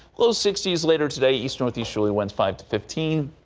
low sixty s later today east northeasterly winds five to fifteen.